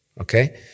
okay